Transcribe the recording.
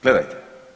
Gledajte.